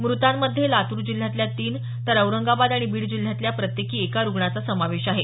मृतांमध्ये लातूर जिल्ह्यातल्या तीन तर औरंगाबाद आणि बीड जिल्ह्यातल्या प्रत्येकी एका रुग्णाचा समावेश आहे